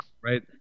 Right